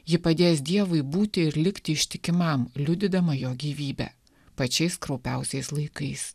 ji padės dievui būti ir likti ištikimam liudydama jo gyvybę pačiais kraupiausiais laikais